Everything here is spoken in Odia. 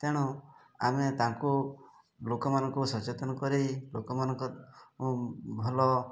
ଆମେ ତାଙ୍କୁ ଲୋକମାନଙ୍କୁ ସଚେତନ କରି ଲୋକମାନଙ୍କ ଭଲ